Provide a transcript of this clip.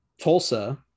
Tulsa